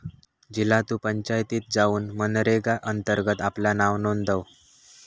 झिला तु पंचायतीत जाउन मनरेगा अंतर्गत आपला नाव नोंदव